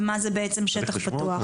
במה זה בעצם שטח פתוח.